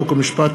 חוק ומשפט.